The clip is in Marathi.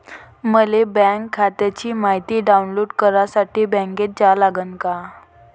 मले बँक खात्याची मायती डाऊनलोड करासाठी बँकेत जा लागन का?